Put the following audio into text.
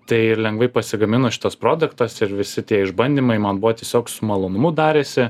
tai ir lengvai pasigamino šitas prodaktas ir visi tie išbandymai man buvo tiesiog su malonumu darėsi